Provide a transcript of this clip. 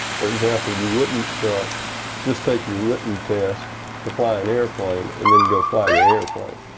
for example, you wouldn't just take your written test to fly an airplane and then go fly that airplane.